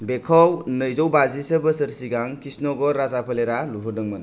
बेखौ नैजौ बाजि सो बोसोर सिगां किशनगढ़ राजाफोलेरा लुहोदोंमोन